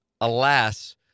alas